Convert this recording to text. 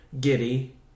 Giddy